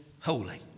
holy